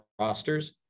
rosters